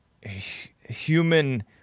human